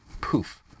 Poof